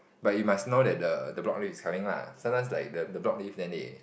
but you must know that the the block leave is coming lah sometimes like the the block leave then they